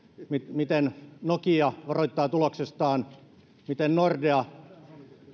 miten nokia varoittaa tuloksestaan miten nordea